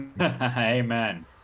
amen